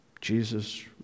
Jesus